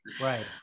Right